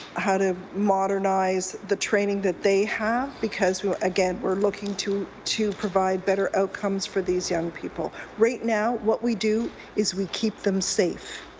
how to modernize the training that they have, because again we're looking to to provide better outcomes for these young people. right now, what we do is we keep them safe.